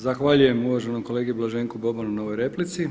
Zahvaljujem uvaženom kolegi Blaženku Bobanu na ovoj replici.